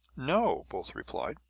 no, both replied.